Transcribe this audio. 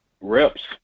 Reps